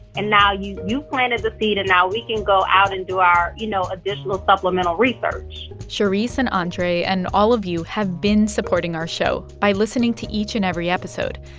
and now you've planted the seed. and now we can go out and do our, you know, additional supplemental research sharice and andre and all of you have been supporting our show by listening to each and every episode.